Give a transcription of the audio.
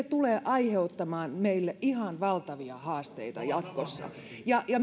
tulee aiheuttamaan meille ihan valtavia haasteita jatkossa